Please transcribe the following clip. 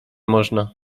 można